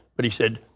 but he said,